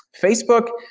facebook,